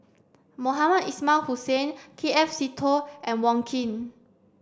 Mohamed Ismail Hussain K F Seetoh and Wong Keen